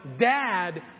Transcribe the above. dad